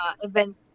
event